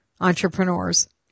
entrepreneurs